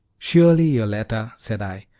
surely, yoletta, said i,